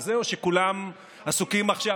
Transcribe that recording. או שכולם עסוקים עכשיו,